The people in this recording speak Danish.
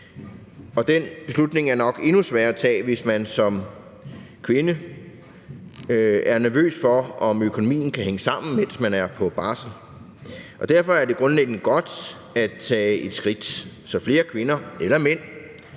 Og den beslutning er nok endnu sværere at tage, hvis man som kvinde er nervøs for, om økonomien kan hænge sammen, mens man er på barsel. Derfor er det grundlæggende godt at tage et skridt, så flere kvinder eller mænd